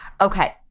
Okay